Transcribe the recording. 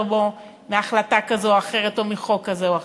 בו מהחלטה כזו או אחרת או מחוק כזה או אחר,